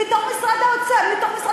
מתוך תקציב משרד הבנוי והשיכון,